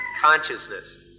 consciousness